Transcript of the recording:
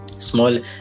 Small